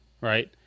right